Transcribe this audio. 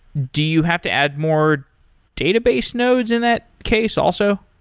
do you have to add more database nodes in that case also?